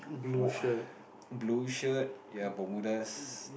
wh~ blue shirt ya bermudas